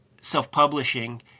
self-publishing